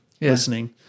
listening